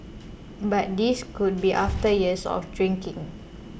but this could be after years of drinking